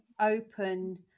open